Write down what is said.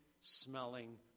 smelling